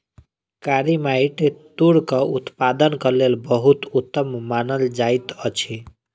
कारी माइट तूरक उत्पादनक लेल बहुत उत्तम मानल जाइत अछि